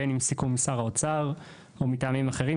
בין אם סיכום עם שר האוצר או מטעמים אחרים,